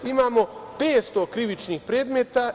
Imamo 500 krivičnih predmeta.